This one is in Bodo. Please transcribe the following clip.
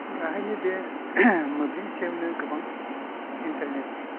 बेवहायनो बे मोब्लिबनि सायावनो गोबां इन्टारनेट